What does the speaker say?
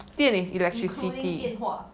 including 电话